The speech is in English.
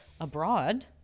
abroad